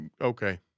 okay